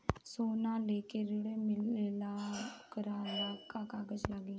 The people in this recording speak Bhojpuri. सोना लेके ऋण मिलेला वोकरा ला का कागज लागी?